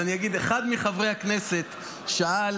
אז אני אגיד שאחד מחברי הכנסת שאל,